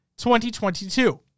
2022